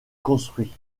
construit